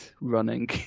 running